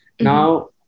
Now